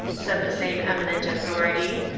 said the same eminent authority,